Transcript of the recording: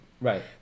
Right